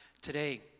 today